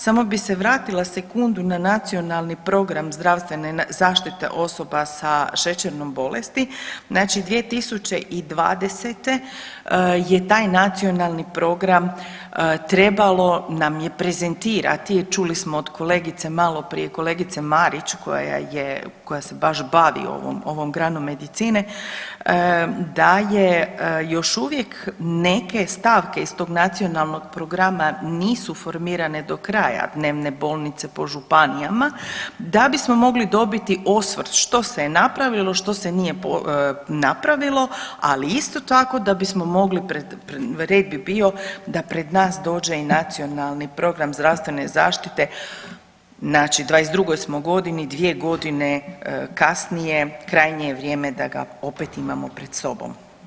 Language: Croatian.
Samo bi se vratila sekundu na Nacionalni program zdravstvene zaštite osoba sa šećernom bolesti, znači 2020. je taj nacionalni program trebalo nam je prezentirati, čuli smo od kolegice, maloprije kolegice Marić koja je, koja se baš bavi ovom, ovom granom medicine da je još uvijek neke stavke iz tog nacionalnog programa nisu formirane do kraja dnevne bolnice po županijama da bismo mogli dobiti osvrt što se je napravilo, što se nije napravilo, ali isto tako da bismo mogli pred, pred, red bi bio da pred nas dođe i Nacionalni program zdravstvene zaštite, znači u '22. smo godini, 2.g. kasnije krajnje je vrijeme da ga opet imamo pred sobom.